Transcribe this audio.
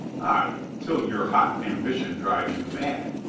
ay, till your hot ambition drives you mad.